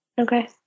Okay